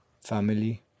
family